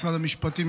משרד המשפטים,